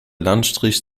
landstrich